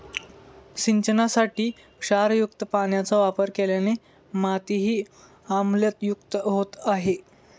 सिंचनासाठी क्षारयुक्त पाण्याचा वापर केल्याने मातीही आम्लयुक्त होत आहे